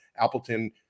Appleton